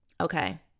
Okay